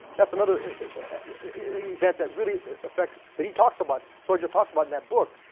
that's another event that really affects, that he talks about, sonya talks about in that book.